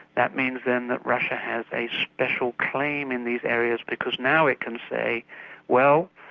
that means then that russia has a special claim in these areas because now it can say well,